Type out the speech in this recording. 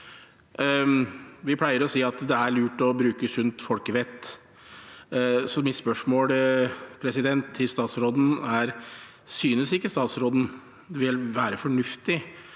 Vi pleier å si at det er lurt å bruke sunt folkevett, så mitt spørsmål til statsråden er: Synes ikke statsråden det vil være fornuftig